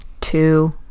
Two